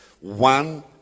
One